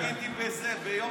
מה תגידי בבייג'ינג?